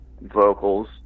vocals